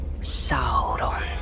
Sauron